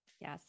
yes